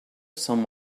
some